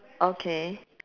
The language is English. okay